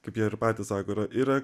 kaip jie ir patys sako yra yra